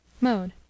Mode